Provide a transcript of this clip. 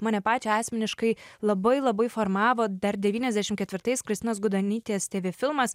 mane pačią asmeniškai labai labai formavo dar devyniasdešim ketvirtais kristinos gudonytės tv filmas